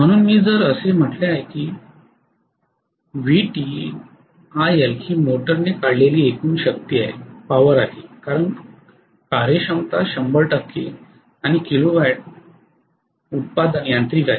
म्हणून मी जर असे म्हटले की VtIL ही मोटर ने काढलेली एकूण शक्ती आहे कारण कार्यक्षमता शंभर टक्के आणि किलावॅटचे उत्पादन यांत्रिक आहे